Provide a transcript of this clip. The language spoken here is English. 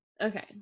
okay